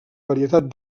varietat